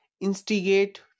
Instigate